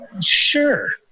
Sure